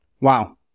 Wow